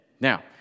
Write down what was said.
Now